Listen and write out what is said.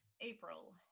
April